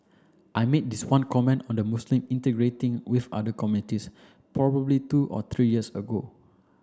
I made this one comment on the Muslim integrating with other communities probably two or three years ago